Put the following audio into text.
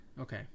Okay